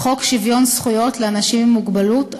חוק שוויון זכויות לאנשים עם מוגבלות,